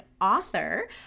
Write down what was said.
author